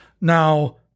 Now